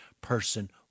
person